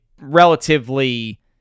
relatively